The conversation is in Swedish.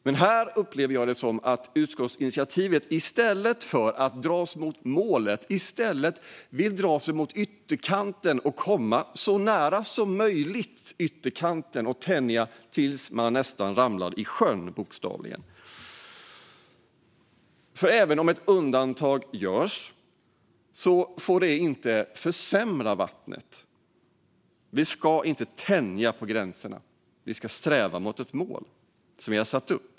Men här upplever jag det som att man med utskottsinitiativet i stället för att dra sig mot målet vill dra sig mot ytterkanten, komma så nära den som möjligt och tänja tills man nästan ramlar i sjön, bokstavligen. Även om ett undantag görs får det inte försämra vattnet. Vi ska inte tänja på gränserna - vi ska sträva mot ett mål som vi har satt upp.